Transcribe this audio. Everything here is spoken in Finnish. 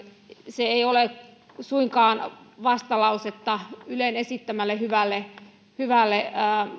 se ei ole suinkaan vastalausetta sille ylen esittämälle hyvälle hyvälle